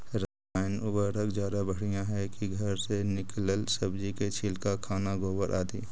रासायन उर्वरक ज्यादा बढ़िया हैं कि घर से निकलल सब्जी के छिलका, खाना, गोबर, आदि?